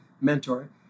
mentor